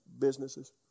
businesses